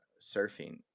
surfing